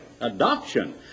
adoption